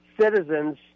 citizens